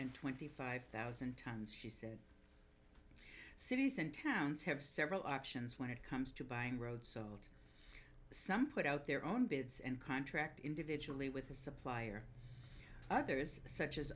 hundred twenty five thousand tons she said cities and towns have several options when it comes to buying road salt some put out their own bids and contract individually with a supplier others such as